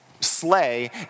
slay